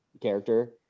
character